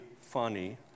funny